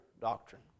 doctrine